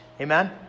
Amen